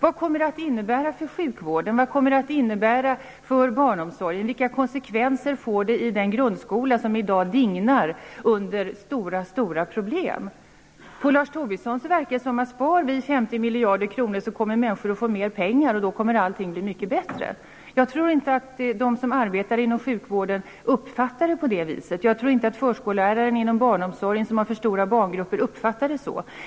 Vad kommer det att innebära för sjukvården? Vad kommer det att innebära för barnomsorgen? Vilka konsekvenser får det i den grundskola som i dag dignar under stora problem? På Lars Tobisson verkar det som om människor kommer att få mer pengar och allt kommer att bli mycket bättre om vi spar 50 miljarder kronor. Jag tror inte att de som arbetar inom sjukvården uppfattar det på det viset. Jag tror inte att förskolläraren inom barnomsorgen som har för stora barngrupper uppfattar det så.